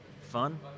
fun